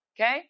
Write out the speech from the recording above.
Okay